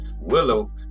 Willow